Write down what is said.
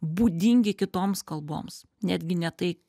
būdingi kitoms kalboms netgi ne tai